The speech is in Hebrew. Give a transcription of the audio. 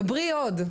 דברי עוד,